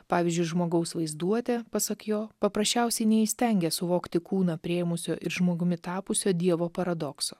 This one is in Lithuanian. pavyzdžiui žmogaus vaizduotė pasak jo paprasčiausiai neįstengia suvokti kūną priėmusio ir žmogumi tapusio dievo paradokso